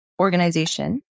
organization